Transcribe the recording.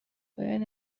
باید